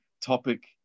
topic